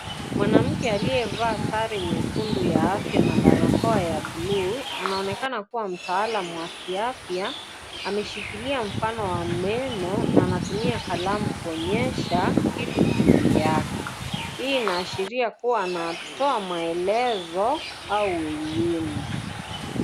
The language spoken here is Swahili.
Mwanamke aliyevaa sare nyekundu ya afya na barakoa ya bluu, anaonekana kuwa mtaalamu wa kiafya, ameshikilia mfano wa meno na anatumia kalamu konyesha kitu juu yake. Hii inaashiria kuwa anatoa maelezo au elimu.